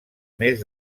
més